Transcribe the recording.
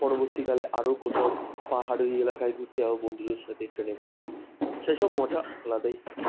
পরবর্তীকালে আরো কোথাও পাহাড়ি এলাকায় ঘুরতে যাব বন্ধুদের সাথে ট্রেনে করে সেসব মজা আলাদাই থাকে